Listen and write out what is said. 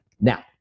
now